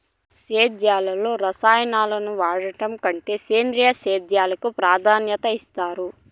సేద్యంలో రసాయనాలను వాడడం కంటే సేంద్రియ సేద్యానికి ప్రాధాన్యత ఇస్తారు